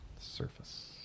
Surface